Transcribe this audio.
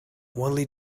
only